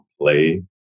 play